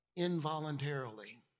Involuntarily